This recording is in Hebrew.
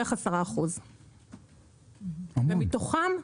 בערך 10%. ומתוכם --- כלומר,